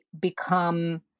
become